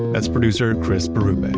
that's producer, chris berube and